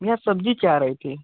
भैया सब्जी चाह रहे थे